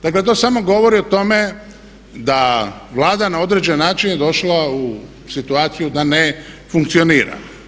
Dakle, to samo govori o tome da Vlada na određen način je došla u situaciju da ne funkcionira.